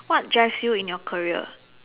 what drives you in your career